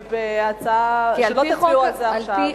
בהצעה שלא תצביעו על זה עכשיו?